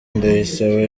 ndayisaba